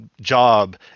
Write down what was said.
job